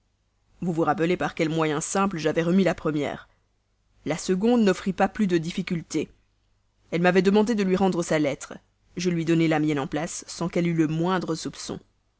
vous vous rappelez par quel moyen simple j'avais remis la première la seconde n'offrit pas plus de difficulté elle m'avait demandé de lui rendre sa lettre je lui donnai la mienne en place sans qu'elle eût le moindre soupçon